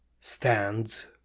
stands